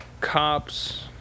cops